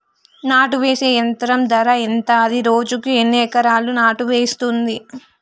నాటు వేసే యంత్రం ధర ఎంత? అది రోజుకు ఎన్ని ఎకరాలు నాటు వేస్తుంది?